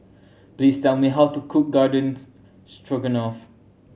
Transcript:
please tell me how to cook Garden Stroganoff